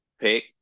pick